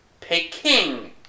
Peking